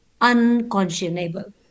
unconscionable